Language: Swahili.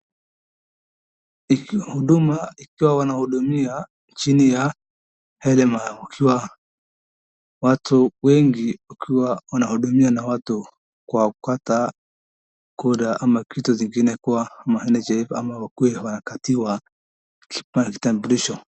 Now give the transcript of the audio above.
Huduma ikiwa wanahudumia chini ya hema, wakiwa watu wengi wakiwa wanahudumia na watu, kwa kukata kura ama kitu zingine kwa ma NHIF ama wakue wanakatiwa kama kitambulisho.